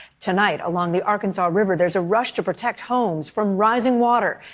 tonight, along the arkansas river there is a rush to protect homes from rising water.